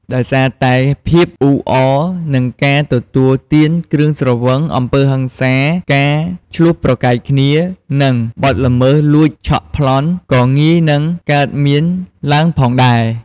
ដោយសារតែភាពអ៊ូអរ និងការទទួលទានគ្រឿងស្រវឹង អំពើហិង្សា ការឈ្លោះប្រកែកគ្នា និង បទល្មើសលួចឆក់ប្លន់ ក៏ងាយនឹងកើតមានឡើងផងដែរ។